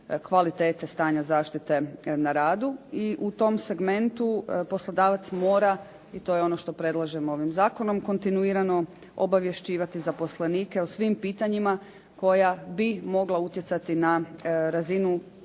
kvalitete stanja zaštite na radu i u tom segmentu poslodavac mora i to je ono što predlažemo ovim zakonom kontinuirano obavješćivati zaposlenike o svim pitanjima koja bi mogla utjecati na razinu